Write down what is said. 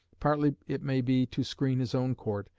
partly, it may be, to screen his own court,